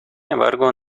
embargo